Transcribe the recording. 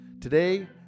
Today